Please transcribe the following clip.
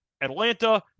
Atlanta